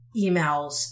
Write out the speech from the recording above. emails